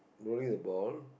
rolling the ball